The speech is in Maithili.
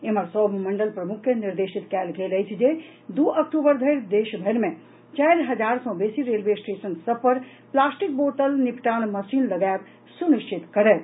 एम्हर सभ मंडल प्रमुख के निर्देशित कयल गेल अछि जे दू अक्टूबर धरि देशभरि मे चारि हजार सँ बेसी रेलवे स्टेशन सभ पर प्लास्टिक बोतल निपटान मशीन लगायब सुनिश्चित करथि